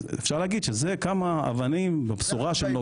אפשר להגיד שזה כמה אבנים בבשורה של נגה.